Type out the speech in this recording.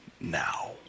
now